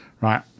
right